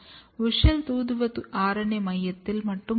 WUSCHEL தூதுவ RNA மையத்தில் மட்டும் உள்ளது